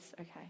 okay